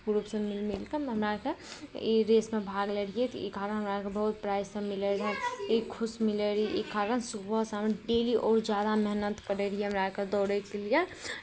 ग्रुपसभ मिलि मिलि कऽ हमरा आरके ई रेसमे भाग लैत रहियै तऽ ई कारण हमरा आरकेँ बहुत प्राइजसभ मिलैत रहै ई खुश मिलै रहै ई कारण सुबह शाम डेली आओर जादा मेहनत करैत रहियै हमरा आरके दौड़ैके लिए